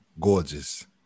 gorgeous